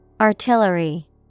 Artillery